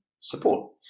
support